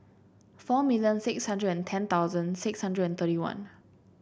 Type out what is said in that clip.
four million six hundred and ten thousand six hundred and thirty one